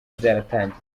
byaratangiye